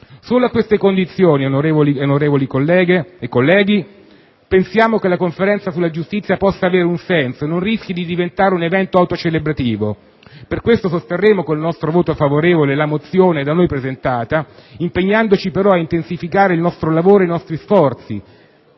Solo a queste condizioni, onorevoli colleghe e colleghi, pensiamo che la Conferenza sulla giustizia possa avere un senso e non rischi di diventare un evento autocelebrativo. Per questo sosterremo con il nostro voto favorevole la mozione n. 115 (testo 2), da noi presentata, impegnandoci però ad intensificare il lavoro e gli sforzi